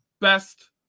best